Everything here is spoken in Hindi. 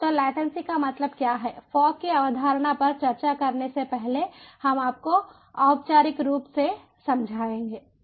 तो लेटन्सी का मतलब क्या है फॉग की अवधारणा पर चर्चा करने से पहले हम आपको औपचारिक रूप से समझाएंगे